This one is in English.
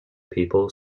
people